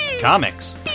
comics